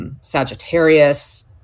Sagittarius